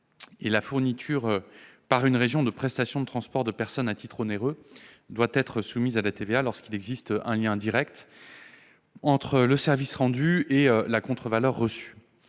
la fourniture, par une région, de prestations de transport de personnes à titre onéreux doit être soumise à la TVA lorsqu'il existe un lien direct entre le service rendu et la contre-valeur reçue.